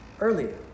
earlier